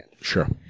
Sure